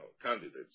candidates